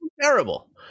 terrible